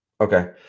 Okay